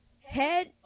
Head